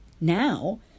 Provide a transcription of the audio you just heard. now